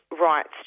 rights